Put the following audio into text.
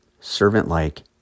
servant-like